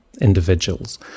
individuals